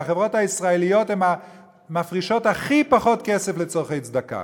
והחברות הישראליות הן המפרישות הכי פחות כסף לצורכי צדקה.